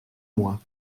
mois